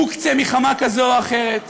מוקצה מחמה כזו או אחרת,